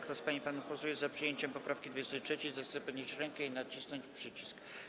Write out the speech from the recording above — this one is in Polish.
Kto z pań i panów posłów jest za przyjęciem poprawki 23., zechce podnieść rękę i nacisnąć przycisk.